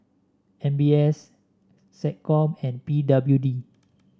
M B S SecCom and P W D